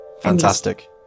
Fantastic